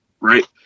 Right